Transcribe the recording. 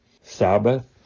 Sabbath